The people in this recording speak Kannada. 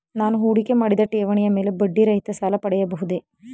ನಾನು ಹೂಡಿಕೆ ಮಾಡಿದ ಠೇವಣಿಯ ಮೇಲೆ ಬಡ್ಡಿ ರಹಿತ ಸಾಲ ಪಡೆಯಬಹುದೇ?